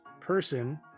person